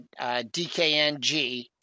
DKNG